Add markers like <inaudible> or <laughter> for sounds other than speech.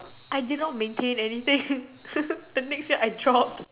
I did not maintain anything <laughs> the next year I dropped